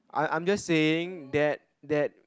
I I'm just saying that that